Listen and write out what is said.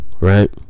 right